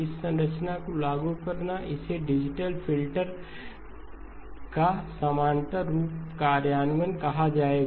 इस संरचना को लागू करना इसे डिजिटल फ़िल्टर का समानांतर रूप कार्यान्वयन कहा जाएगा